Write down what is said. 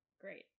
Great